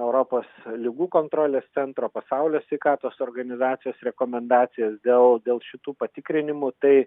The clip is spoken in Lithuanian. europos ligų kontrolės centro pasaulio sveikatos organizacijos rekomendacijos dėl dėl šitų patikrinimų tai